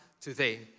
today